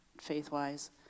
faith-wise